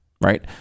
right